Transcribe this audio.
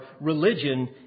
religion